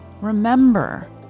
Remember